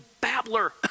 babbler